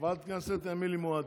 חברת הכנסת אמילי מואטי.